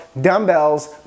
dumbbells